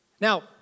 Now